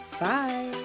Bye